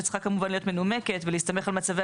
שצריכה כמובן להיות מנומקת ולהסתמך על מצבי